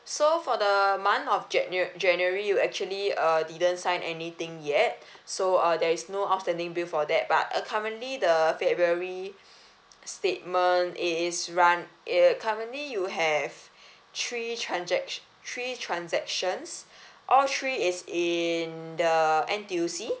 so for the the month of januar~ january you actually uh didn't sign anything yet so uh there is no outstanding bill for that but uh currently the february statement is run uh currently you have three transact~ three transactions all three is in the N_T_U_C